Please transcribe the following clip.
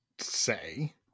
say